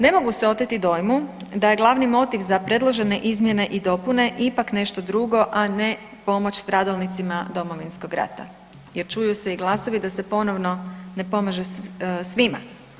Ne mogu se oteti dojmu da je glavni motiv za predložene izmjene i dopune ipak nešto drugo, a ne pomoć stradalnicima Domovinskog rata jer čuju se i glasovi da se ponovno ne pomaže svima.